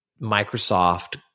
Microsoft